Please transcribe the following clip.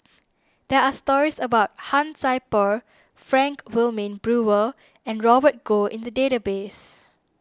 there are stories about Han Sai Por Frank Wilmin Brewer and Robert Goh in the database